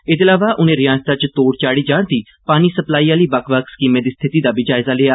एहदे अलावा उनें रिआसता च तोढ़ चाढ़ी जा'रदी पानी सप्लाई आहली बक्ख बक्ख स्कीमें दी स्थिति दा बी जायजा लैता